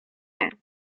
nie